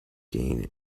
gain